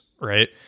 right